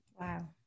Wow